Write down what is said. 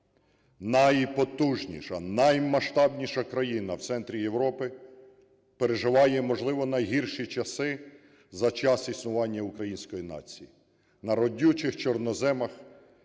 найпотужніша, наймасштабніша країна в центрі Європи переживає, можливо, найгірші часи за час існування української нації на родючих чорноземах,